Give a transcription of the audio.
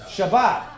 Shabbat